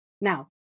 Now